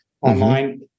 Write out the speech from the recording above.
online